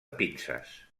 pinces